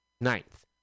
Ninth